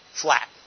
flat